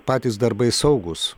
patys darbai saugūs